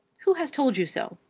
who has told you so?